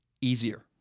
easier